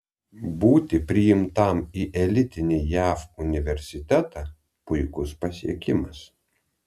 būti priimtam į elitinį jav universitetą puikus pasiekimas